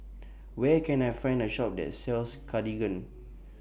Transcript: Where Can I Find A Shop that sells Cartigain